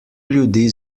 ljudi